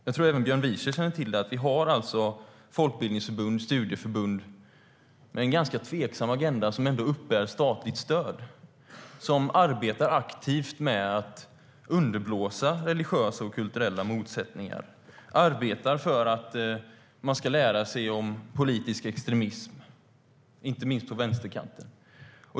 Jag tror att även Björn Wiechel känner till att det finns folkbildningsförbund och studieförbund med en tveksam agenda som ändå uppbär statligt stöd. De arbetar aktivt med att underblåsa religiösa och kulturella motsättningar. De arbetar med att lära ut politisk extremism, inte minst på vänsterkanten.